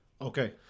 Okay